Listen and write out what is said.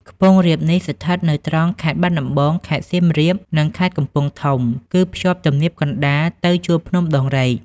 ខ្ពង់រាបនេះស្ថិតនៅត្រង់ខេត្តបាត់ដំបង ខេត្តសៀមរាប និងខេត្តកំពង់ធំ គឺ ភ្ជាប់ទំនាបកណ្តាលទៅជួរភ្នំដងរែក ។